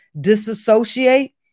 Disassociate